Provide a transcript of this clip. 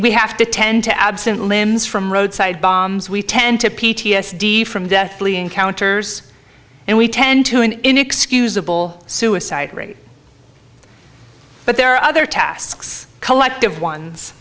we have to tend to absent limbs from roadside bombs we tend to p t s d from deathly encounters and we tend to an inexcusable suicide rate but there are other tasks collective ones